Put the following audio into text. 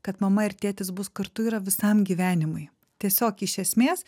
kad mama ir tėtis bus kartu yra visam gyvenimui tiesiog iš esmės